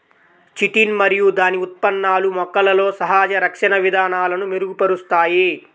chitin మరియు దాని ఉత్పన్నాలు మొక్కలలో సహజ రక్షణ విధానాలను మెరుగుపరుస్తాయి